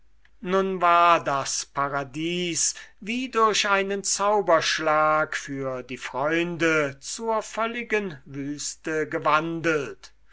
nun war das paradies wie durch einen zauberschlag für die freunde zur völligen wüste gewandelt